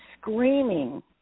screaming